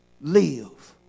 live